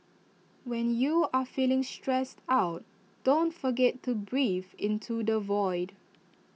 when you are feeling stressed out don't forget to breathe into the void